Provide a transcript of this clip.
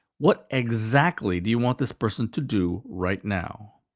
what exactly do you want this person to do right now?